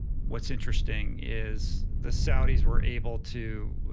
what's interesting is the saudis were able to